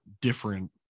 different